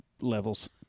levels